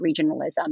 regionalism